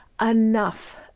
enough